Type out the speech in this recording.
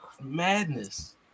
madness